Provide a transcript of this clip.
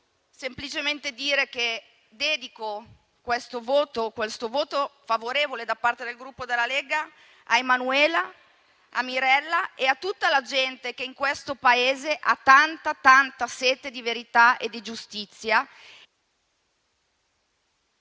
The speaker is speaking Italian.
semplicemente dire che dedico questo voto favorevole da parte del Gruppo della Lega a Emanuela, a Mirella e a tutta la gente che in questo Paese ha tanta sete di verità e di giustizia.